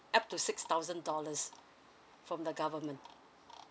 up to six thousand dollars from the government